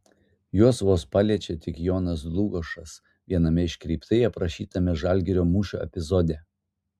juos vos paliečia tik jonas dlugošas viename iškreiptai aprašytame žalgirio mūšio epizode